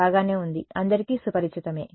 బాగానే ఉంది అందరికీ సుపరిచితమే